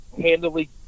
handily